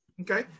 Okay